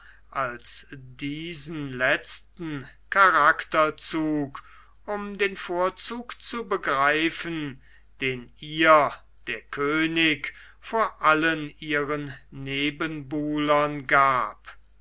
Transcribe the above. als diesen letzten charakterzug um den vorzug zu begreifen den ihr der könig vor allen ihren nebenbuhlern gab